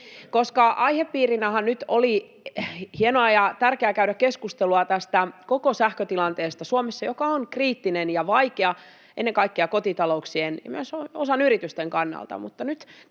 Aihepiirinähän nyt oli — mikä on hienoa ja tärkeää — käydä keskustelua tästä koko sähkötilanteesta Suomessa, joka on kriittinen ja vaikea ennen kaikkea kotitalouksien ja myös osan yrityksistä kannalta. Nyt tämä